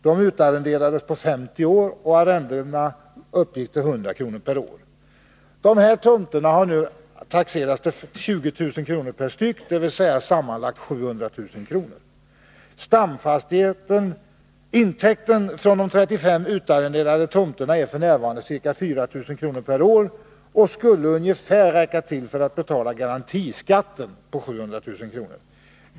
De utarrenderades på 50 år, och arrendena uppgick till 100 kr. per år. Dessa tomter har nu taxerats till 20 000 kr. per styck, dvs. sammanlagt 700 000 kr. Intäkten från de 35 utarrenderde tomterna är f. n. ca 4 000 kr. per år och skulle ungefär räcka till för att betala garantiskatten på 700 000 kr.